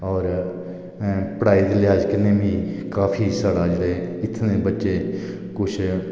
और पढाई दे लिहाज कन्नै बी काफी हद तक इत्थूं दे बच्चे कुछ